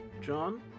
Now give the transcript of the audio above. John